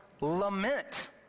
Lament